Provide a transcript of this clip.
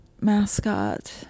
mascot